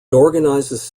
organizes